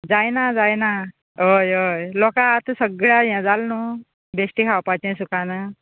जायना जायना हय हय लोकां आतां सगळ्या हें जाल न्हूं बेश्टें खावपाचें सुखान